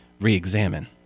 re-examine